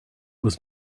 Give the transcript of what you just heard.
was